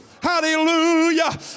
Hallelujah